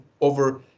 over